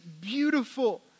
beautiful